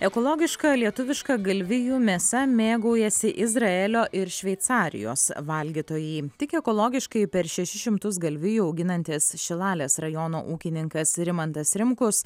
ekologiška lietuviška galvijų mėsa mėgaujasi izraelio ir šveicar jos valgytojai tik ekologiškai per šešis šimtus galvijų auginantis šilalės rajono ūkininkas rimantas rimkus